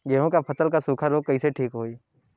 गेहूँक फसल क सूखा ऱोग कईसे ठीक होई?